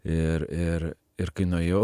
ir ir ir kai nuėjau